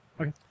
Okay